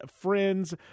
friends